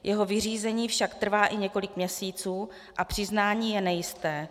Jeho vyřízení však trvá i několik měsíců a přiznání je nejisté.